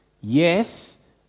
Yes